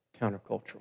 countercultural